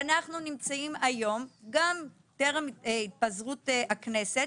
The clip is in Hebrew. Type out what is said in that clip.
אנחנו נמצאים היום גם טרם התפזרות הכנסת